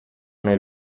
nel